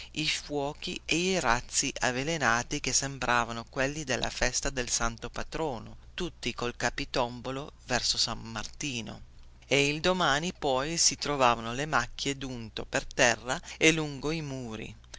i fuochi e i razzi che sembravano quelli della festa del santo patrono tutti col capitombolo verso san martino e il domani poi si trovavano le macchie dunto per terra e lungo i muri